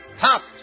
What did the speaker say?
pops